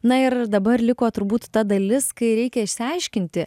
na ir dabar liko turbūt ta dalis kai reikia išsiaiškinti